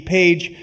page